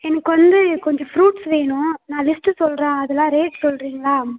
எனக்கு வந்து கொஞ்சம் ஃப்ரூட்ஸ் வேணும் நான் லிஸ்ட்டு சொல்கிறேன் அதெலாம் ரேட் சொல்கிறிங்களா